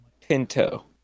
Pinto